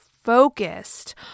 focused